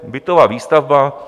Bytová výstavba.